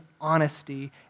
honesty